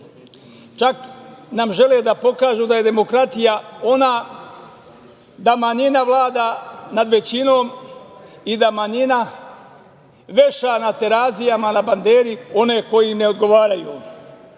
Čak nam žele da pokažu da je demokratija ona, da manjina vlada nad većinom i da manjina veša na Terazijama na banderi one koji ne odgovaraju. Mi